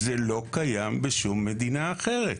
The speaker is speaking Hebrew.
זה לא קיים בשום מדינה אחרת.